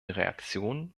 reaktionen